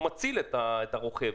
הוא מציל את הרוכב,